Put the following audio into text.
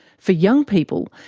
for young people,